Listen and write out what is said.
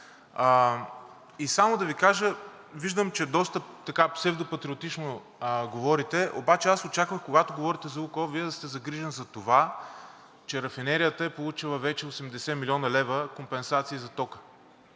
И само да Ви кажа: виждам, че доста псевдопатриотично говорите, но аз очаквах, когато говорите за „Лукойл“, Вие да сте загрижен за това, че рафинерията е получила вече 80 млн. лв. компенсации за тока.